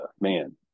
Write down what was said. man